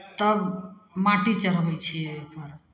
तब माटि चढ़बै छियै ओहिमे